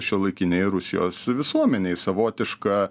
šiuolaikinėj rusijos visuomenėj savotiška